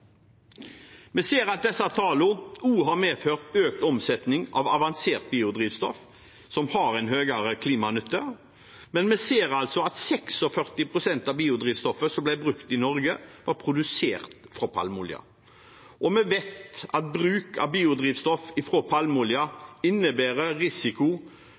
Vi ser at disse tallene også har medført økt omsetning av avansert biodrivstoff, som har en høyere klimanytte, men vi ser altså at 46 pst. av biodrivstoffet som ble brukt i Norge, var produsert fra palmeolje. Vi vet at bruk av biodrivstoff fra palmeolje innebærer risiko